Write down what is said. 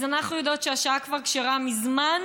אז אנחנו יודעות שהשעה כבר כשרה מזמן,